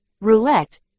roulette